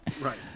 right